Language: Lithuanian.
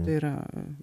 tai yra